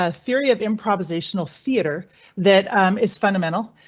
ah theory of improvisational theater that is fundamental.